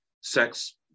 sex